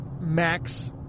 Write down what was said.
Max